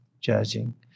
judging